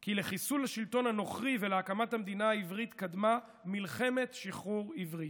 כי לחיסול השלטון הנוכרי ולהקמת המדינה העברית קדמה מלחמת שחרור עברית.